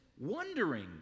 wondering